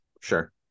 Sure